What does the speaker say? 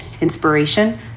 inspiration